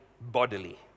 bodily